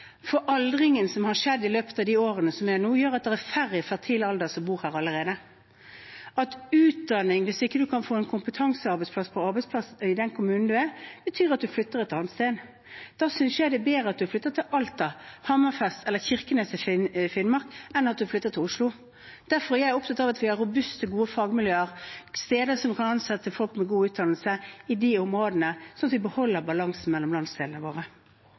aldringen som har skjedd i løpet av disse årene – det er allerede færre i fertil alder som bor her. Når det gjelder utdanning: Hvis en ikke kan få en kompetansearbeidsplass i den kommunen der en er, betyr det at en flytter et annet sted. Da synes jeg det er bedre at en flytter til Alta, Hammerfest eller Kirkenes i Finnmark, enn at en flytter til Oslo. Derfor er jeg opptatt av at vi har robuste, gode fagmiljøer, steder som kan ansette folk med god utdannelse i de områdene, slik at vi beholder balansen mellom landsdelene våre.